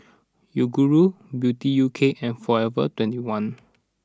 Yoguru Beauty U K and Forever twenty one